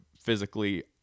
physically